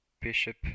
Bishop